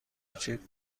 کوچک